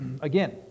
again